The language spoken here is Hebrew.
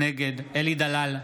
נגד אלי דלל,